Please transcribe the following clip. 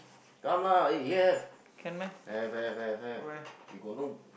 come lah eh here have have have have have you got no